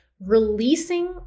releasing